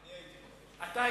אני הייתי בחדר.